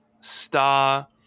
star